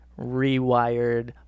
rewired